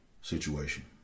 situation